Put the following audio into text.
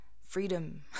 freedom